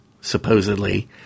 supposedly